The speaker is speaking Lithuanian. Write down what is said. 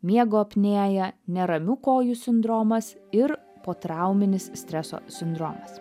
miego apnėja neramių kojų sindromas ir potrauminis streso sindromas